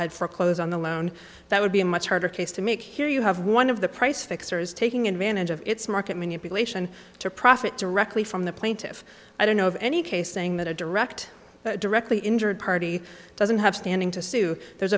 had foreclose on the loan that would be a much harder case to make here you have one of the price fixers taking advantage of its market manipulation to profit directly from the plaintive i don't know of any case saying that a direct directly injured party doesn't have standing to sue there